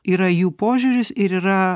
yra jų požiūris ir yra